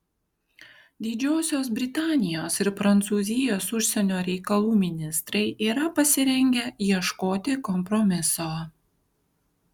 didžiosios britanijos ir prancūzijos užsienio reikalų ministrai yra pasirengę ieškoti kompromiso